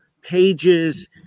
pages